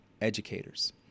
educators